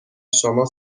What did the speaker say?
شما